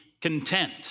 content